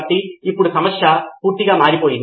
కాబట్టి ఇది ఇప్పటికే ఈ రోజు జరుగుతున్న ప్రక్రియ